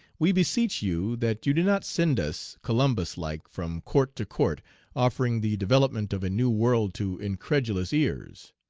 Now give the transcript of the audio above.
we beseech you that you do not send us, columbus-like, from court to court offering the development of a new world to incredulous ears.